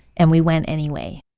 and we went anyway